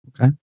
Okay